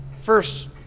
first